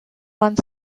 one